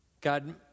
God